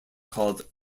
called